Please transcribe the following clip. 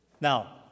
Now